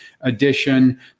edition